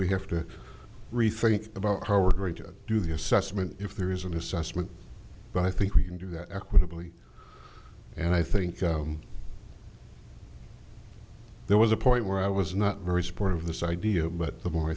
we have to rethink about how we're going to do the assessment if there is an assessment but i think we can do that equitably and i think there was a point where i was not very supportive of this idea but the more i